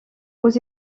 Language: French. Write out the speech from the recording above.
aux